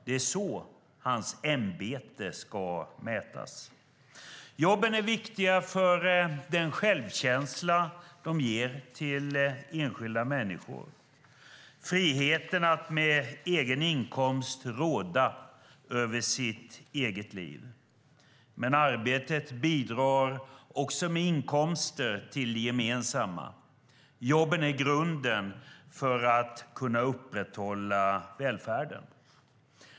Det är så hans ämbete ska mätas. Jobben är viktiga för den självkänsla de ger till enskilda människor. Det handlar om friheten att med egen inkomst råda över sitt eget liv. Arbetet bidrar dock också med inkomster till det gemensamma - jobben är grunden för att kunna upprätthålla välfärden.